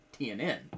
TNN